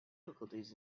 difficulties